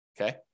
Okay